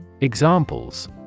Examples